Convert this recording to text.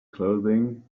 clothing